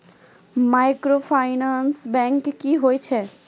Microfinance bank की होय छै?